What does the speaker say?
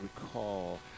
recall